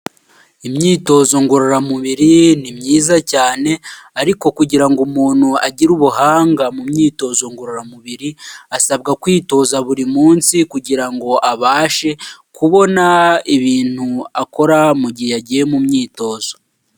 Imyitozo ngororamubiri ni myiza cyane ariko kugira ngo umuntu agire ubuhanga mu myitozo ngororamubiri, asabwa kwitoza buri munsi kugira ngo abashe kubona ibintu akora mu gihe yagiye mu myitozo.